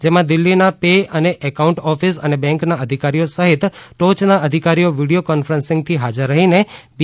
જેમાં દિલ્હીના પે અને એકાઉન્ટ ઓફિસ અને બેન્કના અધિકારીઓ સહિત ટોચના અધિકારીઓ વિડીયો કોન્ફરન્સિંગ થી હાજર રહીને બી